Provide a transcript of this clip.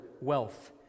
wealth